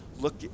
look